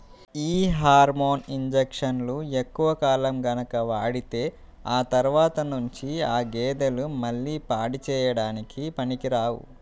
యీ హార్మోన్ ఇంజక్షన్లు ఎక్కువ కాలం గనక వాడితే ఆ తర్వాత నుంచి ఆ గేదెలు మళ్ళీ పాడి చేయడానికి పనికిరావు